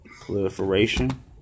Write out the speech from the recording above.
Proliferation